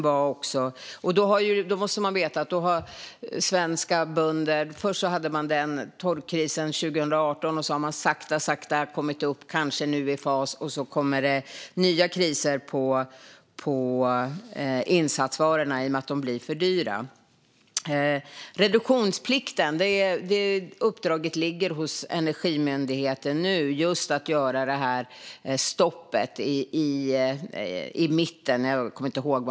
Vad man måste veta är att svenska bönder först hade torkkrisen 2018. Sedan har man sakta kommit upp och är nu kanske i fas. Sedan kommer det nya kriser på grund av att insatsvarorna blir för dyra. När det gäller reduktionsplikten ligger nu uppdraget hos Energimyndigheten att göra stoppet i mitten.